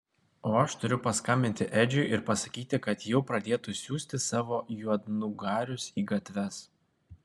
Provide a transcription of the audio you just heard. o aš turiu paskambinti edžiui ir pasakyti kad jau pradėtų siųsti savo juodnugarius į gatves